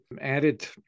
added